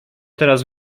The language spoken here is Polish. teraz